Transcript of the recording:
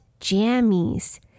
jammies